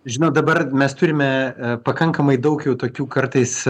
žinot dabar mes turime pakankamai daug jau tokių kartais